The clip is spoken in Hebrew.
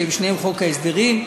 שהן שתיהן חוק ההסדרים,